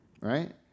Right